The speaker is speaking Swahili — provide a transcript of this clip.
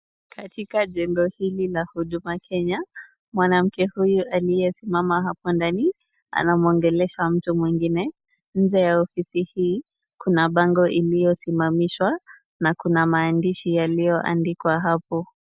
Katika jengo hili la huduma Kenya, mwanamke huyu aliyesimama hapa ndani, anamwongelesha mtu mwingine. Nje ya ofisi hii kuna bango iliyosimamishwa na kuna maandishi yaliyoandikwa hapo.